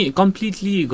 completely